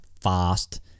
fast